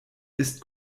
ist